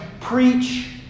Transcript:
Preach